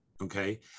okay